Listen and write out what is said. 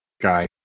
guy